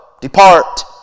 depart